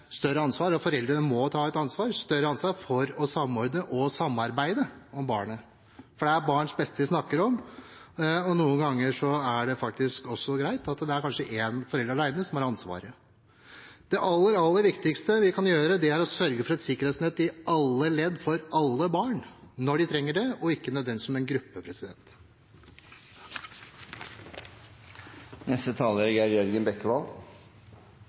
og samarbeide om barnet. For det er barnets beste vi snakker om, og noen ganger er det faktisk også greit at det er én forelder alene som har ansvaret. Det aller viktigste vi kan gjøre, er å sørge for et sikkerhetsnett i alle ledd for alle barn, når de trenger det, og ikke behandle dem som én gruppe.